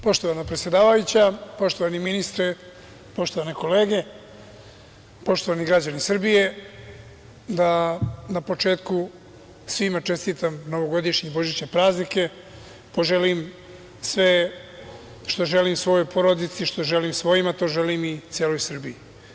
Poštovana predsedavajuća, poštovani ministre, poštovane kolege, poštovani građani Srbije, da na početku svima čestitam novogodišnje i božićne praznike, poželim sve što želim svojoj porodici, što želim svojima to želim i celoj Srbiji.